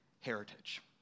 heritage